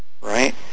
right